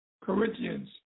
Corinthians